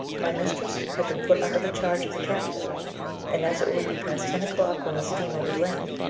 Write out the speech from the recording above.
my mistress had been put under the charge of the captain and as it would be past ten o'clock when the steamer would land,